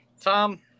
Tom